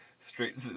straight